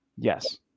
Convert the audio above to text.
Yes